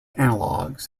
analogs